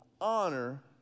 honor